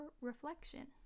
reflection